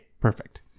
perfect